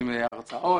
עושים הרצאות,